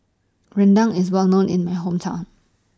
Rendang IS Well known in My Hometown